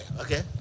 okay